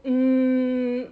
um